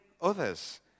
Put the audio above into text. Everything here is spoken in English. others